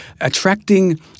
attracting